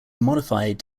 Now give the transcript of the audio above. modified